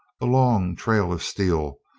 a long trail of steel,